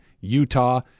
Utah